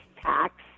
tax